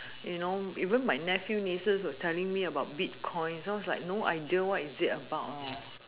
you know my nephew nieces are telling me about bitcoins so I was like no idea what is it about